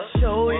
show